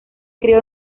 crio